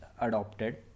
adopted